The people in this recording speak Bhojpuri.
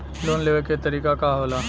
लोन लेवे क तरीकाका होला?